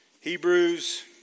Hebrews